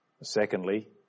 Secondly